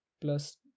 plus